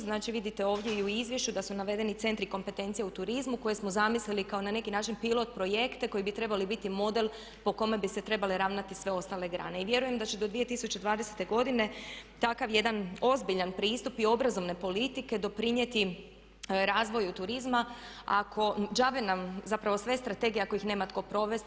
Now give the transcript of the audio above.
Znači, vidite ovdje i u izvješću da su navedeni centri kompetencije u turizmu koje smo zamislili kao na neki način pilot projekte koji bi trebali biti model po kojem bi se trebale ravnati sve ostale grane i vjerujem da će do 2020.godine takav jedan ozbiljan pristup i obrazovne politike doprinijeti razvoju turizma ako, đabe nam zapravo sve strategije ako ih nema tko provesti.